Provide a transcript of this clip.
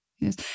yes